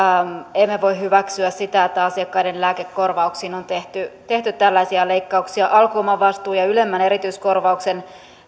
emme voi hyväksyä sitä että asiakkaiden lääkekorvauksiin on tehty tällaisia leikkauksia alkuomavastuuta ja ylemmän erityiskorvauksen